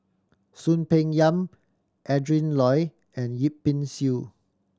Soon Peng Yam Adrin Loi and Yip Pin Xiu